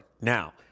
Now